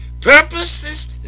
Purposes